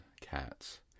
cats